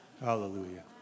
Hallelujah